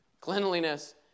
Cleanliness